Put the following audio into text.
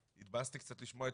התבאסתי קצת לשמוע אתמול,